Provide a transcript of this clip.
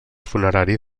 funerari